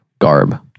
Garb